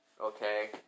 okay